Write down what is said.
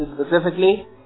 specifically